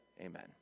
amen